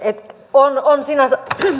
on on sinänsä